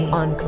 on